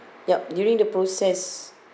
ya during the process